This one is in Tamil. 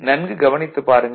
நன்கு கவனித்து பாருங்கள்